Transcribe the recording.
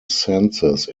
senses